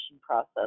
process